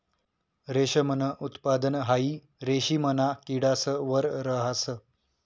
रेशमनं उत्पादन हाई रेशिमना किडास वर रहास